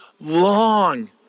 long